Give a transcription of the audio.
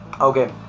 okay